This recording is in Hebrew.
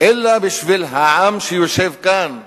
אלא בשביל העם שיושב כאן,